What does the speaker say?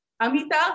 Amita